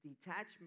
detachment